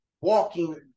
walking